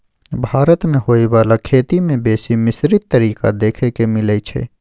भारत मे होइ बाला खेती में बेसी मिश्रित तरीका देखे के मिलइ छै